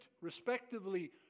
respectively